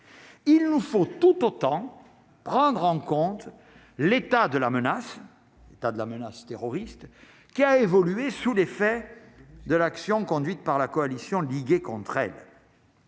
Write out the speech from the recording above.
Il nous faut tout pour. Temps prendre en compte l'état de la menace, l'état de la menace terroriste qui a évolué sous l'effet de l'action conduite par la coalition ligués contre elle.